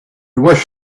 wish